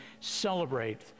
celebrate